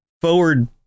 forward